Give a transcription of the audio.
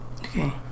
Okay